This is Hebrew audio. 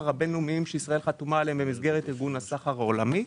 הבינלאומיים שישראל חתומה עליהם במסגרת ארגון הסחר העולמי.